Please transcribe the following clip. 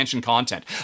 content